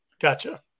Gotcha